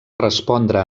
respondre